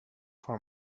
for